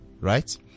Right